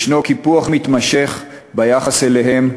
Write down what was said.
ישנו קיפוח מתמשך ביחס אליהם,